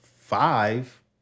Five